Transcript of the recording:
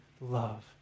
love